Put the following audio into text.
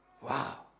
Wow